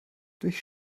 durch